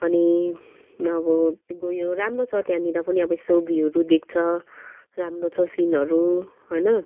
अनि अब गयो राम्रो छ त्यहाँनिर पनि अब यसो भ्युहरू देख्छ राम्रो छ सिनहरू होइन